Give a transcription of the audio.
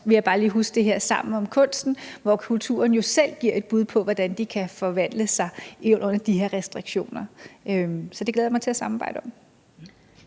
vil også bare lige huske på det her »Sammen om kunsten«, hvor kulturen jo selv giver et bud på, hvordan de kan forvandle sig under de her restriktioner. Så det glæder jeg mig til at samarbejde om.